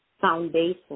foundation